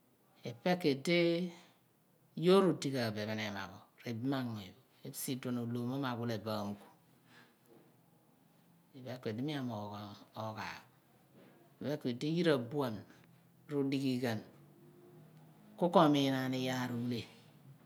I pekidi yoor odi ghan bo ephen ehma pho r'ibamanmuny pho ohlom mo mo awile bo amugh iphen ku idi mi amoogh oghaaph iphen ku idi yira abuan rodeghi ghan kuko omiin aam yaar ohle.